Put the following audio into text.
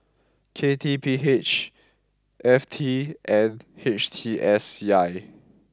K T P H F T and H T S C I